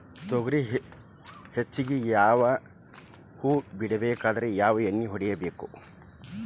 ತೊಗರಿ ಹೆಚ್ಚಿಗಿ ಹೂವ ಬಿಡಬೇಕಾದ್ರ ಯಾವ ಎಣ್ಣಿ ಹೊಡಿಬೇಕು?